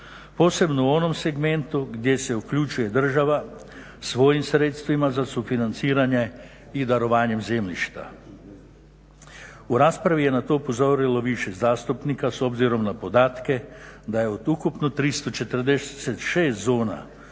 posebno u onom segmentu gdje se uključuje država svojim sredstvima za sufinanciranje i darovanjem zemljišta. U raspravi je na to upozorilo više zastupnika s obzirom na podatke da je od ukupno 346 zona